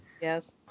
Yes